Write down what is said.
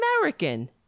American